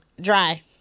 Dry